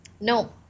No